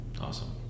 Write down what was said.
awesome